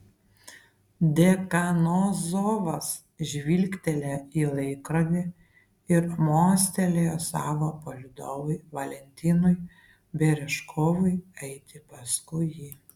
dekanozovas žvilgtelėjo į laikrodį ir mostelėjo savo palydovui valentinui berežkovui eiti paskui jį